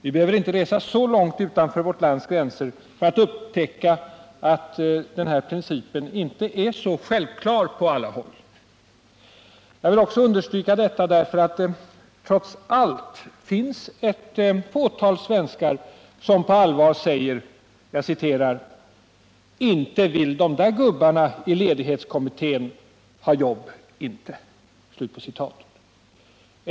Vi behöver inte resa så långt utanför vårt lands gränser för att upptäcka att denna princip inte alls är så självklar på alla håll. Jag vill också understryka detta, eftersom det trots allt finns ett fåtal svenskar som på allvar säger: Inte vill dom där gubbarna i ledighetskommittén ha jobb, inte.